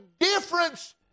difference